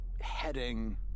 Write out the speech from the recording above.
heading